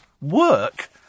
Work